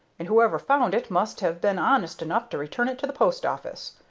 and whoever found it must have been honest enough to return it to the post-office.